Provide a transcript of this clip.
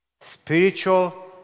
Spiritual